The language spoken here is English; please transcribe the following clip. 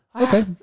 Okay